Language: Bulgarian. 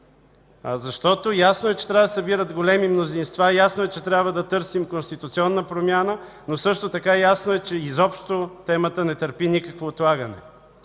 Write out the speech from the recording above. дебат. Ясно е, че трябва да се събират големи мнозинства, ясно е, че трябва да търсим конституционна промяна, но също така е ясно, че изобщо темата не търпи никакво отлагане.